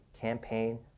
campaign